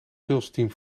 salesteam